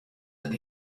that